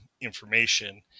information